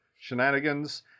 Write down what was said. shenanigans